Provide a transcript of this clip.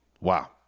Wow